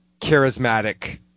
charismatic